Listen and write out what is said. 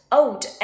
old